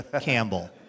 Campbell